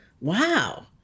wow